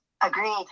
Agreed